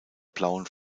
blauen